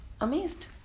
Amazed